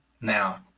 now